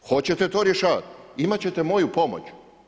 Hoćete to rješavati, imati ćete moju pomoć.